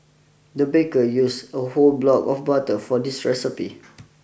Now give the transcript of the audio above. the baker used a whole block of butter for this recipe